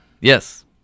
Yes